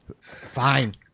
fine